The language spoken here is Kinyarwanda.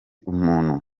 umuntu